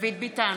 דוד ביטן,